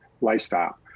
lifestyle